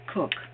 Cook